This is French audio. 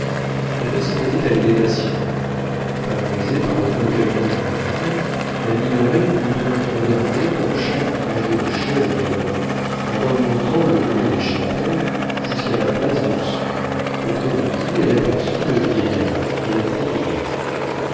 la messe en était à l'élévation favorisée par le recueillement général la minoret put donc regarder dans chaque rangée de chaises et de bancs en remontant le long des chapelles jusqu'à la place d'ursule auprès de qui elle aperçut le vieillard la tête nue